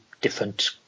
different